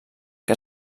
que